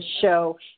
show